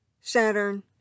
Saturn